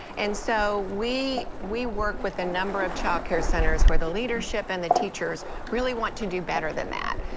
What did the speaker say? and so we we work with a number of child care center where the leadership and the teachers really want to do better than that,